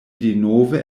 denove